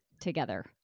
together